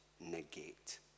negate